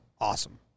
Awesome